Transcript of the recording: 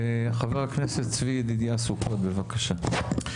חבר הכנסת צבי ידידיה סוכות בבקשה.